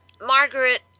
Margaret